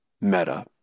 meta